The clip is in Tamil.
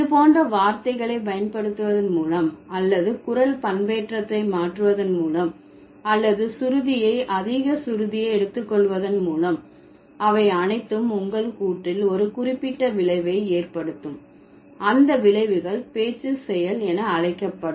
இது போன்ற வார்த்தைகளை பயன்படுத்துவதன் மூலம் அல்லது குரல் பண்பேற்றத்தை மாற்றுவதன் மூலம் அல்லது சுருதியை அதிக சுருதியை எடுத்து கொள்வதன் மூலம் அவை அனைத்தும் உங்கள் கூற்றில் ஒரு குறிப்பிட்ட விளைவை ஏற்படுத்தும் அந்த விளைவுகள் பேச்சு செயல் என அழைக்கப்படும்